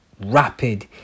rapid